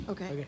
Okay